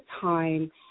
time